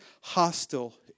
hostile